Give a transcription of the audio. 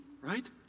right